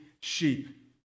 sheep